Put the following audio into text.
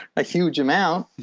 a huge amount.